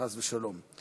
חס ושלום?